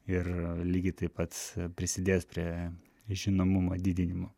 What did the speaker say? ir lygiai taip pat prisidės prie žinomumo didinimo